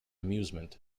amusement